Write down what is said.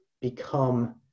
Become